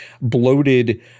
bloated